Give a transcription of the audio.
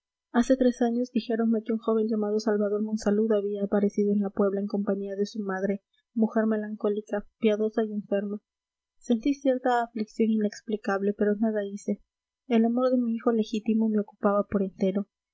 hace tres años dijéronme que un joven llamado salvador monsalud había aparecido en la puebla en compañía de su madre mujer melancólica piadosa y enferma sentí cierta aflicción inexplicable pero nada hice el amor de mi hijo legítimo me ocupaba por entero